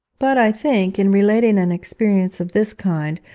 but i think, in relating an experience of this kind,